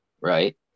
right